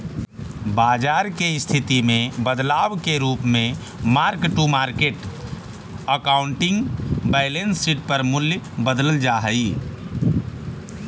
बाजार के स्थिति में बदलाव के रूप में mark to market accounting balance sheet पर मूल्य बदलल जा हई